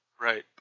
right